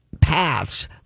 paths